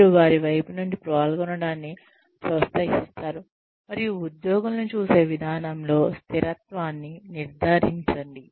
మీరు వారి వైపు నుండి పాల్గొనడాన్ని ప్రోత్సహిస్తారు మరియు ఉద్యోగులను చూసే విధానం లో స్థిరత్వాన్ని నిర్ధారించండి